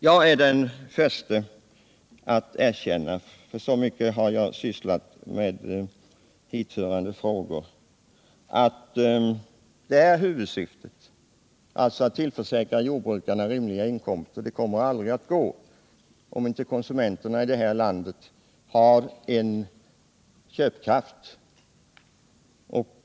Jag är den förste att erkänna — så mycket har jag sysslat med hithörande frågor — att huvudsyftet är att tillförsäkra jordbrukarna rimliga inkomster. Detta kommer aldrig att gå om inte konsumenterna här i landet har en god köpkraft.